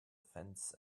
fence